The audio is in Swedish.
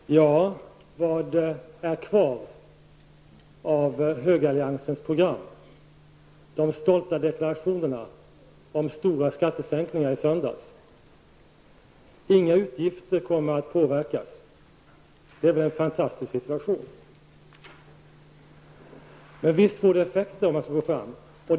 Fru talman! Vad finns kvar av högeralliansens program? De stolta deklarationerna i söndags om stora skattesänkningar, att inga utgifter kommer att påverkas -- det är väl en fantastisk situation. Men visst får det effekter om man skall gå fram på detta sätt.